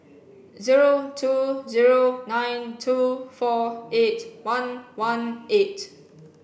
zero two zero nine two four eight one one eight